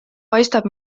paistab